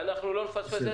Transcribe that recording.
ואנחנו לא נפספס,